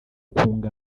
ukunga